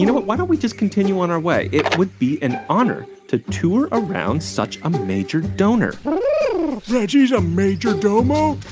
you know but why don't we just continue on our way? it would be an honor to tour around such a major donor reggie's a majordomo?